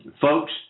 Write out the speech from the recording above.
folks